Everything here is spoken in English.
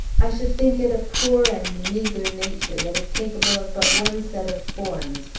i should think it a poor and meagre nature that is capable of but one set of forms,